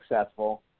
successful